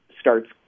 starts